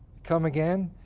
come again?